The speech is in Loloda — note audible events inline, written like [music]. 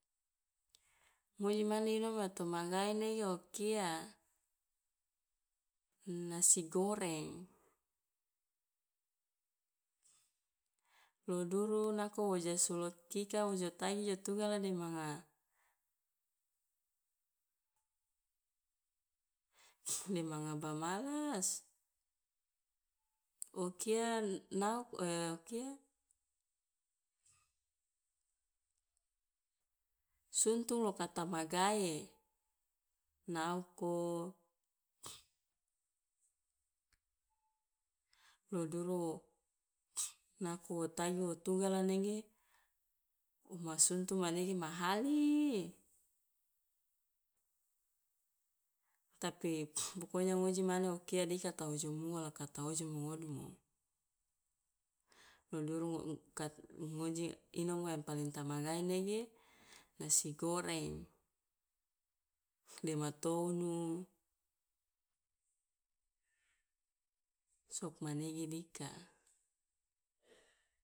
Ngoi mane inomo to magae nege o kia nasi goreng [noise] lo duru nako wa jo sulo kika wo jo tagi jo tugala [noise] de manga pamalas. O kia naok o kia [noise] suntung loka ta magae, naoko [noise] lo duru [noise] nako wo tagi wo tugala nege o ma suntung manege ma hali, tapi [noise] pokonya ngoji mane o kia dika ta ojom ua ka ta ojomo ngodumu. Lo duru ngo kat ngoji inomo yang paling ta magae manege nasi goreng dema tounu, sokmanege dika.